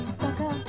sucker